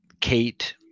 Kate